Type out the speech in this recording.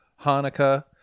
Hanukkah